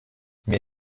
mir